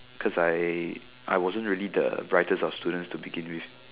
cause I I wasn't really the brightest of students to begin with